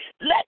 Let